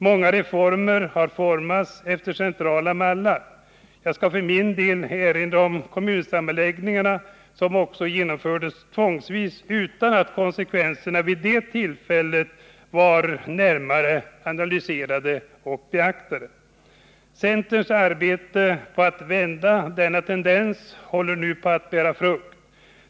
Många reformer har formats efter centrala mallar. Jag skall för min del erinra om kommunsammanläggningarna, som genomfördes tvångsvis utan att konsekvenserna vid det tillfället var närmare analyserade och beaktade. Centerns arbete på att vända denna tendens håller nu på att bära frukt.